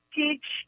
teach